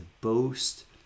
boast